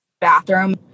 bathroom